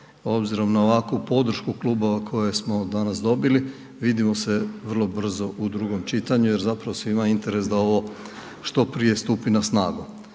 obzirom na ovakvu podršku klubova koje smo danas dobili, vidimo se vrlo brzo u drugom čitanju jer zapravo svima je interes da ovo što prije stupi na snagu.